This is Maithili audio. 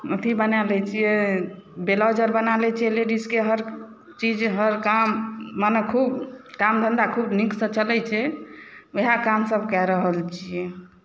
अथी बने लै छियै बेलाउज अर बना लै छियै लेडीजके हर चीज हर काम मने खूब काम धंधा खूब नीक सँ चलै छै इएह काम सब कए रहल छियै